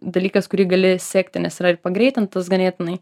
dalykas kurį gali sekti nes yra ir pagreitintas ganėtinai